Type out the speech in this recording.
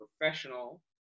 professional